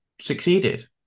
succeeded